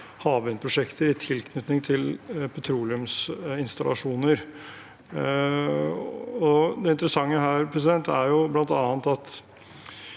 havvindprosjekter i tilknytning til petroleumsinstallasjoner. Det interessante her er bl.a. at